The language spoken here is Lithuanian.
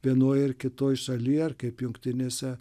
vienoj ar kitoj šaly ar kaip jungtinėse